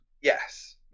Yes